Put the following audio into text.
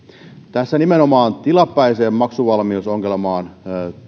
tässä nimenomaan tilapäiseen maksuvalmiusongelmaan